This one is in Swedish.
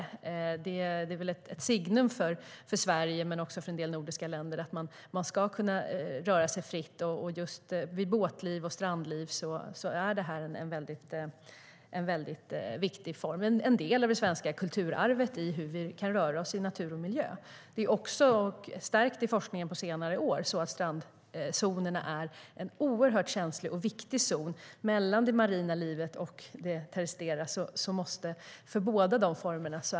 Det är ett signum för Sverige och en del nordiska länder att man ska kunna röra sig fritt. I båt och strandlivet är det viktigt. Det handlar om det svenska kulturarvet och hur vi kan röra oss i natur och miljö. Det har framkommit i forskningen under senare år att strandzonerna är oerhört känsliga och viktiga för både det marina livet och det terrestra livet.